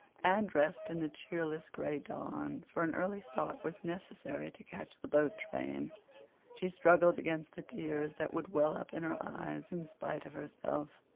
anne dressed in the cheerless gray dawn, for an early start was necessary to catch the boat train she struggled against the tears that would well up in her eyes in spite of herself.